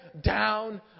down